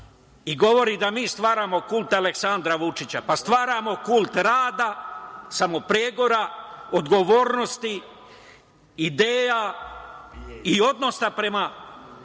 I govori da mi stvaramo kult Aleksandra Vučića. Pa, stvaramo kult rada, samopregora, odgovornosti, ideja i odnosa prema